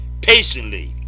patiently